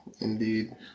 Indeed